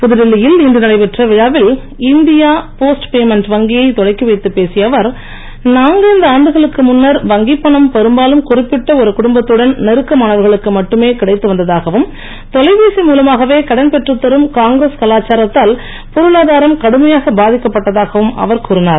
புதுடெல்லியில் இன்று நடைபெற்ற விழாவில் இந்தியா போஸ்ட் பேமெண்ட் வங்கியை தொடக்கி வைத்துப் பேசிய அவர் நான்கைந்து ஆண்டுகளுக்கு முன்னர் வங்கிப் பணம் பெரும்பாலும் குறிப்பிட்ட ஒரு குடும்பத்துடன் நெருக்கமானவர்களுக்கு மட்டுமே கிடைத்து வந்ததாகவும் தொலைபேசி மூலமாகவே கடன் பெற்றுத் தரும் காங்கிரஸ் கலாச்சாரத்தால் பொருளாதாரம் கடுமையாக பாதிக்கப்பட்டதாகவும் அவர் கூறினார்